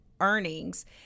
earnings